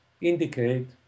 indicate